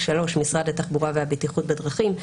(3)משרד התחבורה והבטיחות בדרכים,